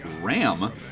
Ram